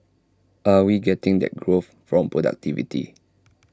are we getting that growth from productivity